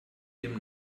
dem